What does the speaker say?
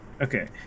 Okay